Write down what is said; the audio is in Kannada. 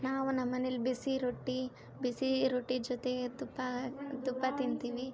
ನಾವು ನಮ್ಮನೆಯಲ್ಲಿ ಬಿಸಿ ರೊಟ್ಟಿ ಬಿಸಿ ರೊಟ್ಟಿ ಜೊತೆಗೆ ತುಪ್ಪ ತುಪ್ಪ ತಿನ್ತೀವಿ